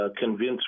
convince